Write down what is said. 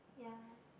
ya